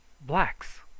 Blacks